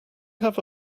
have